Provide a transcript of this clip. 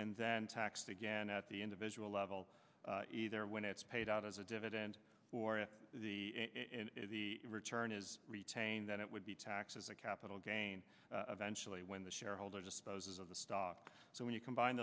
and then taxed again at the individual level either when it's paid out as a dividend or if the return is retained that it would be taxed as a capital gain eventually when the shareholder disposes of the stock so when you combine